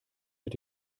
mit